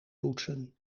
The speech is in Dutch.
poetsen